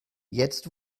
jetzt